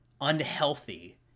unhealthy